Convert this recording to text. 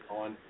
on